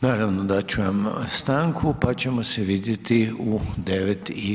Naravno, dat ću vam stanku pa ćemo se vidjeti u 9 i